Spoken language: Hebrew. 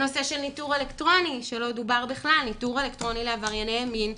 לא דובר בכלל על ניטור אלקטרוני לעברייני מין,